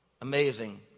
Amazing